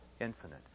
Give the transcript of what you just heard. infinite